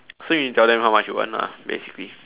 so you need to tell them how much you earn lah basically